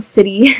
City